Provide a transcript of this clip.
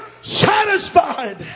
satisfied